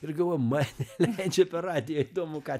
ir galvoju mane čia per radiją įdomu ką